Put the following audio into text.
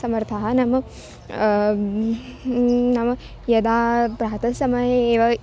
समर्थः नाम नाम यदा प्रातः समये एव